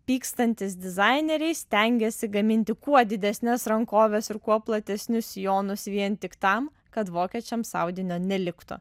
pykstantys dizaineriai stengėsi gaminti kuo didesnes rankoves ir kuo platesnius sijonus vien tik tam kad vokiečiams audinio neliktų